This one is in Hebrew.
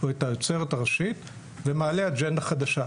או את האוצרת הראשית ומעלה אג'נדה חדשה,